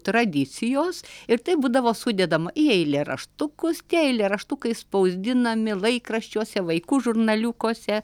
tradicijos ir tai būdavo sudedama į eilėraštukus tie eilėraštukai spausdinami laikraščiuose vaikų žurnaliukuose